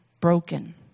broken